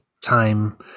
Time